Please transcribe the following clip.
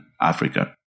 Africa